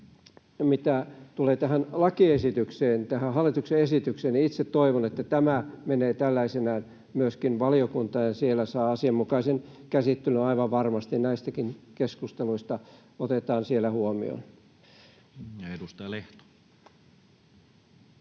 lakiesitykseen, tähän hallituksen esitykseen, itse toivon, että tämä menee tällaisenaan myöskin valiokuntaan ja siellä saa asianmukaisen käsittelyn aivan varmasti. Näistäkin keskusteluista otetaan siellä huomioon. [Speech